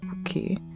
okay